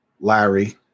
Larry